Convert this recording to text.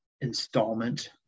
installment